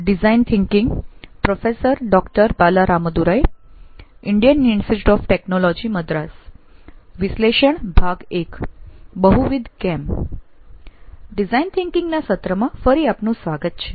design thinking ના સત્રમાં ફરી આપનું સ્વાગત છે